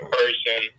person